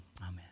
Amen